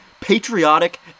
patriotic